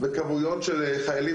בכמויות של חיילים.